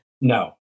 No